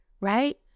right